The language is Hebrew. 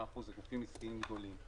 ב-95% זה גופים עסקיים גדולים.